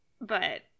but-